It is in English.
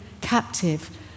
captive